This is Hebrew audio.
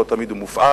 לא תמיד הוא מופעל.